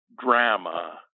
drama